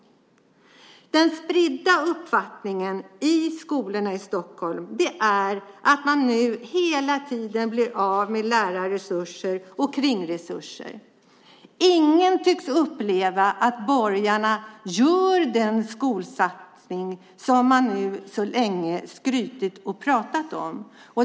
Den spridda uppfattningen i skolorna i Stockholm är att man hela tiden blir av med lärar och kringresurser. Ingen tycks uppleva att borgarna gör den skolsatsning som man så länge har skrutit och pratat om.